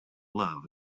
love